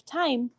time